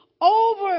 over